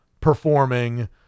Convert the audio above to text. performing